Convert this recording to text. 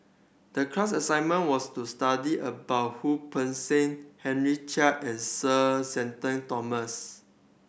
the class assignment was to study about Wu Peng Seng Henry Chia and Sir Shenton Thomas